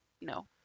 no